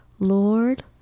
Lord